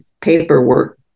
paperwork